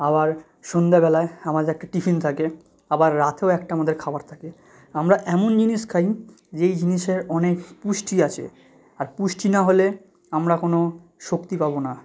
আবার সন্ধ্যাবেলায় আমাদের একটা টিফিন থাকে আবার রাতেও একটা আমাদের খাবার থাকে আমরা এমন জিনিস খাই যেই জিনিসের অনেক পুষ্টি আছে আর পুষ্টি না হলে আমরা কোনো শক্তি পাব না